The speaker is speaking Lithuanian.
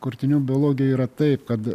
kurtinių biologija yra taip kad